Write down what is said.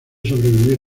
sobrevivir